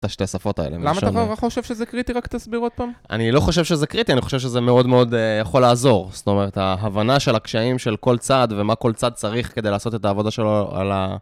את השתי שפות האלה. למה אתה חושב שזה קריטי? רק תסביר עוד פעם. אני לא חושב שזה קריטי, אני חושב שזה מאוד מאוד יכול לעזור. זאת אומרת, ההבנה של הקשיים של כל צעד ומה כל צעד צריך כדי לעשות את העבודה שלו על ה...